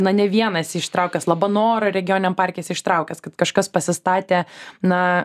na ne vieną esi ištraukęs labanoro regioniniam parke esi ištraukęs kad kažkas pasistatė na